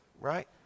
right